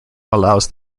allows